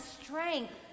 strength